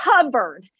covered